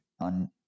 on